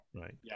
right